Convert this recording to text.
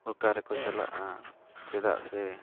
ᱚᱠᱟ ᱨᱮᱠᱚ ᱪᱟᱞᱟᱜᱼᱟ ᱪᱮᱫᱟᱜ ᱥᱮ